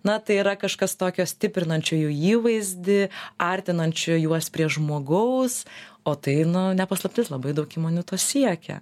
na tai yra kažkas tokio stiprinančio jų įvaizdį artinančių juos prie žmogaus o tai nu ne paslaptis labai daug įmonių to siekia